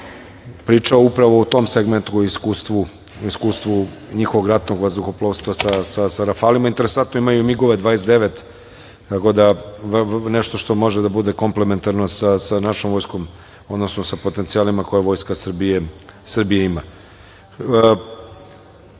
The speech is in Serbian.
pričao je upravo o tom segmentu, iskustvu njihovog ratnog vazduhoplovstva sa rafalima i interantno je, imaju migove 29, tako da nešto što može da bude komplementarno sa našom vojskom, odnosno sa potencijalima koje Vojska Srbije